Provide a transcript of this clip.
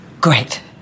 Great